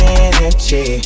energy